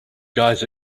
guys